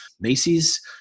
Macy's